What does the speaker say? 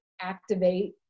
activate